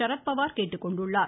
சரத்பவார் கேட்டுக்கொண்டுள்ளார்